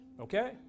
okay